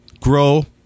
grow